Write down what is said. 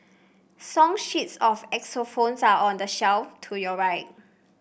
song sheets of xylophones are on the shelf to your right